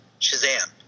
Shazam